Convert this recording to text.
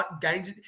games